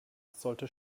sollte